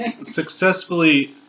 successfully